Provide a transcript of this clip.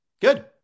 Good